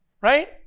right